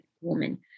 woman